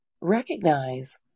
recognize